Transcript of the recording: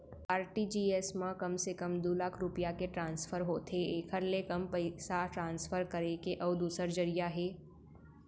RTGS म कम से कम दू लाख रूपिया के ट्रांसफर होथे एकर ले कम पइसा ट्रांसफर करे के अउ दूसर जरिया हे